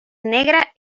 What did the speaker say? negra